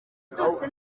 zose